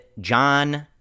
John